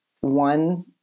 one